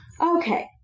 Okay